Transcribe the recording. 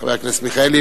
חבר הכנסת מיכאלי.